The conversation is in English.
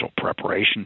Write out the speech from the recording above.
preparation